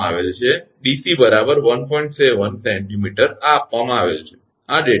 7 𝑐𝑚 આ આપવામાં આવેલ છે આ ડેટા છે ખરુ ને